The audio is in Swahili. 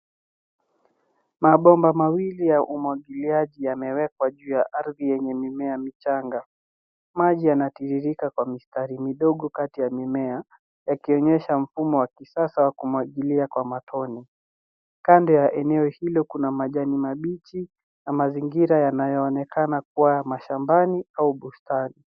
Mabomba mawili ya umwagiliaji yamewekwa juu ya ardhi yenye mimea michanga. Maji yanatiririka kwa mistari midogo kati ya mimea yakionyesha mumo wa kisasa wa kumwagilia kwa matone. Kando ya eneo hilo kuna majni mabichi na mazingira yanayoonekana uwa mashambani au bustani.